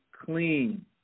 clean